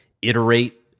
iterate